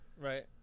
Right